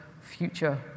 future